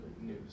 news